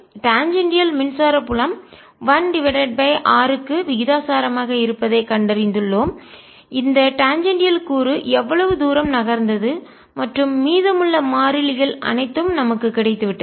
டாஞ்சேண்டியால் மின்சார புலம் 1 divided by r க்கு விகிதாசாரமாக இருப்பதைக் கண்டறிந்துள்ளோம் இந்த டாஞ்சேண்டியால் கூறு எவ்வளவு தூரம் நகர்ந்தது மற்றும் மீதமுள்ள மாறிலிகள் அனைத்தும் நமக்கு கிடைத்துவிட்டது